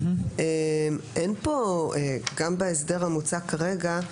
גם בהסדר המוצע כרגע,